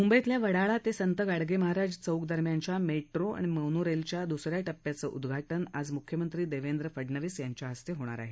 मुंबईतल्या वडाळा ते संत गाडगे महाराज चौक दरम्यानच्या मोनोरेलघ्या दुस या टप्याचं उद्घाटन आज मुख्यमंत्री देवेंद्र फडणवीस यांच्या हस्ते होणार आहे